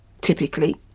Typically